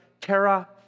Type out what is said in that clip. terra